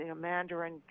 Mandarin